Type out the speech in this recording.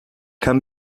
can